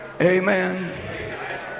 Amen